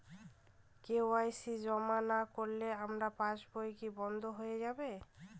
KYC জমা না করলে আমার পাসবই কি বন্ধ হয়ে যাবে?